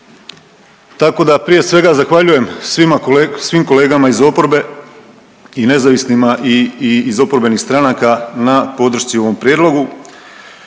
Tako da prije svega zahvaljujem svima kole…, svim kolegama iz oporbe i nezavisnima i iz oporbenih stranaka na podršci ovom Prijedlogu,